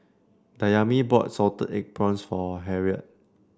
Dayami bought Salted Egg Prawns for Harriet